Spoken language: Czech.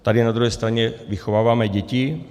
Tady na druhé straně vychováváme děti.